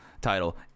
Title